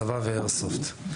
הסבה ואיירסופט.